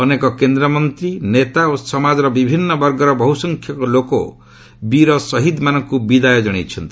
ଅନେକ କେନ୍ଦ୍ରମନ୍ତ୍ରୀ ନେତା ଓ ସମାଜର ବିଭିନ୍ନ ବର୍ଗର ବହୁସଂଖ୍ୟକ ଲୋକ ବୀର ସହିଦମାନଙ୍କୁ ବିଦାୟ ଜଣାଇଛନ୍ତି